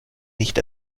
nicht